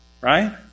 right